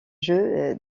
jeux